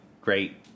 great